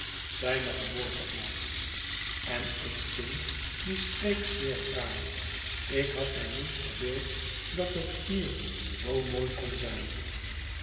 zijne geboorteplaats en ik vind die streek zeer fraai ik had mij niet verbeeld dat het hier zoo mooi kon zijn